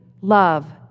love